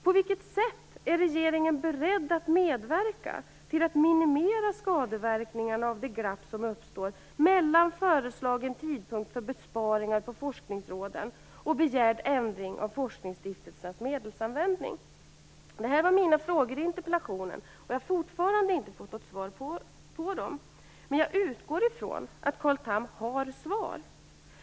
På vilket sätt är regeringen beredd att medverka till att minimera skadeverkningarna av de glapp som uppstår mellan föreslagen tidpunkt för besparingar på forskningsråden och begärd ändring av forskningsstiftelsernas medelsanvändning? Det här var mina frågor i interpellationen, och jag har fortfarande inte fått något svar på dem. Men jag utgår från att Carl Tham har svar.